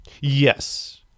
Yes